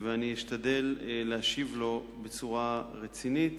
ואשתדל להשיב לו בצורה רצינית